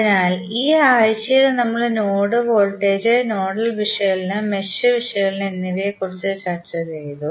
അതിനാൽ ഈ ആഴ്ചയിൽ നമ്മൾ നോഡ് വോൾട്ടേജ് നോഡൽ വിശകലനം മെഷ് വിശകലനം എന്നിവയെക്കുറിച്ച് ചർച്ച ചെയ്തു